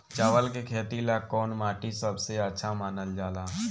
चावल के खेती ला कौन माटी सबसे अच्छा मानल जला?